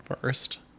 first